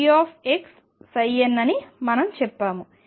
అని మనంచెప్పాము